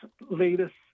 latest